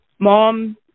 Mom